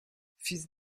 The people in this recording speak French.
fils